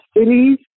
cities